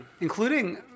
Including